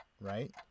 right